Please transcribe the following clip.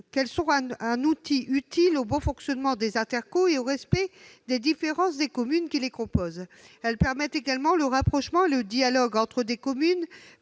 qu'elles sont un outil utile au bon fonctionnement des intercommunalités et au respect des différences des communes qui composent celles-ci. Elles permettent également le rapprochement et le dialogue entre des communes